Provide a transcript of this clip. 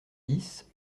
dix